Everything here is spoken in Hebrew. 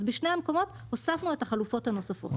אז בשתי המקומות הוספנו את החלופות הנוספות.